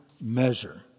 measure